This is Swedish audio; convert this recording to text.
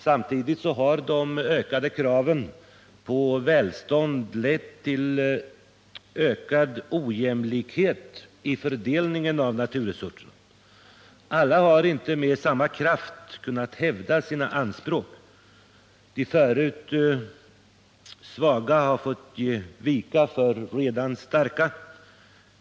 Samtidigt har de ökade kraven på välstånd lett till ökad ojämlikhet i fördelningen av naturresurserna. Alla har inte med samma kraft kunnat hävda sina anspråk. De förut svaga har fått ge vika för de redan starka.